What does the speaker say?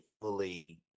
fully